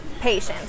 patience